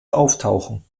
auftauchen